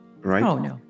right